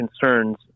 concerns